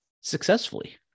successfully